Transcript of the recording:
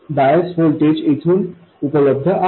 bias voltage येथून उपलब्ध आहे